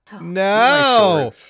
no